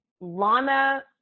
Lana